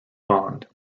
bond